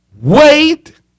wait